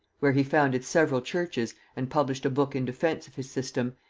where he founded several churches and published a book in defence of his system,